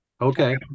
Okay